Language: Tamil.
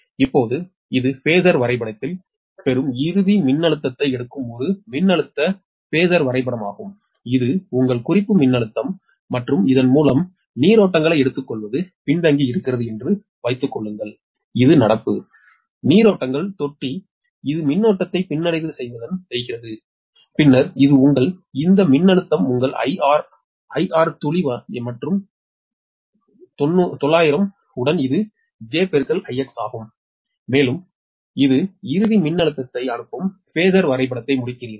இப்போது இது ஃபாசர் வரைபடத்தில் பெறும் இறுதி மின்னழுத்தத்தை எடுக்கும் ஒரு மின்னழுத்த பேஸர் வரைபடமாகும் இது உங்கள் குறிப்பு மின்னழுத்தம் மற்றும் இதன் மூலம் நீரோட்டங்களை எடுத்துக்கொள்வது பின்தங்கியிருக்கிறது என்று வைத்துக் கொள்ளுங்கள் இது நடப்பு நீரோட்டங்கள் தொட்டி இது மின்னோட்டத்தை பின்னடைவு செய்கிறது then பின்னர் இது உங்கள் இந்த மின்னழுத்தம் உங்கள் ஐஆர் ஐஆர் துளி வலது மற்றும் 900 உடன் இது j IX ஆகும் மேலும் இது இறுதி மின்னழுத்தத்தை அனுப்பும் பேஸர் வரைபடத்தை முடிக்கிறீர்கள்